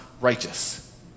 righteous